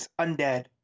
undead